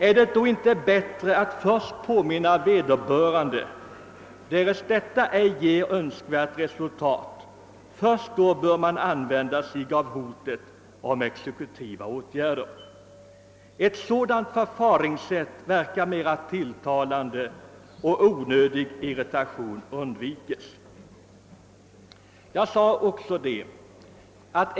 — Är det inte bättre att först påminna om skatteskulden och, därest detta inte ger önskat resultat, men först då, tillgripa hot om exekutiva åtgärder? Ett sådant förfaringssätt verkar mera tilltalande och onödig irritation undvikes därmed.